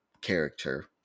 character